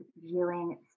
viewing